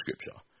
scripture